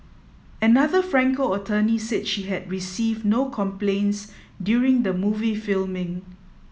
another Franco attorney said she had received no complaints during the movie filming